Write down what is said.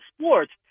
sports